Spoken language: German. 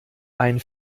ein